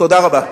תודה רבה.